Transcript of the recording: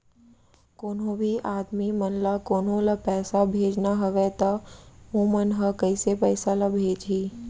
कोन्हों भी आदमी मन ला कोनो ला पइसा भेजना हवय त उ मन ह कइसे पइसा ला भेजही?